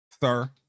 Sir